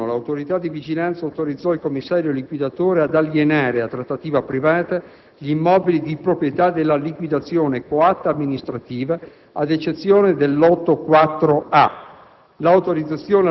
Nel 2001 l'autorità di vigilanza autorizzò il commissario liquidatore ad alienare, a trattativa privata, gli immobili di proprietà della liquidazione coatta amministrativa (ad eccezione del